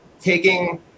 taking